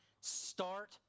start